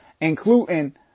including